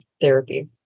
therapy